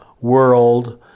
world